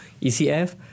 ECF